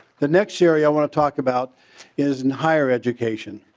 the next area i want to talk about is in higher education.